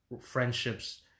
friendships